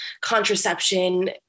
contraception